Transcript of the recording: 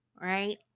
right